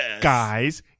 guys